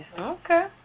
Okay